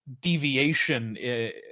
deviation